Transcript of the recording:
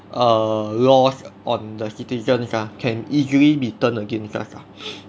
err laws on the citizens ah can easily be turned against us lah